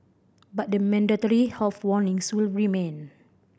but the mandatory health warnings will remain